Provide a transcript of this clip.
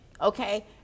Okay